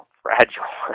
fragile